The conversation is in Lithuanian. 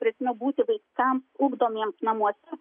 prasme būti vaikam ugdomiems namuose